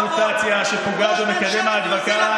המוטציה שפוגעת במקדם ההדבקה,